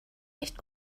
nicht